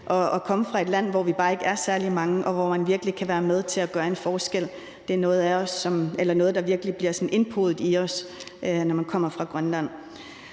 at komme fra et land, hvor vi bare ikke er særlig mange, og hvor man virkelig kan være med til at gøre en forskel. Det er noget, der virkelig bliver indpodet i os, når man kommer fra Grønland.